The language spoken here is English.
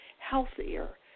healthier